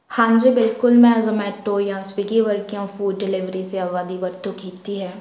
ਹਾਂਜੀ ਬਿਲਕੁਲ ਮੈਂ ਜ਼ਮੈਟੋ ਜਾਂ ਸਵੀਗੀ ਵਰਗੀਆਂ ਫੂਡ ਡਿਲੀਵਰੀਜ਼ ਸੇਵਾਵਾਂ ਦੀ ਵਰਤੋਂ ਕੀਤੀ ਹੈ